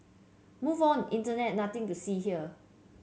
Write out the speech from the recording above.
move on internet nothing to see here